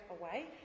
away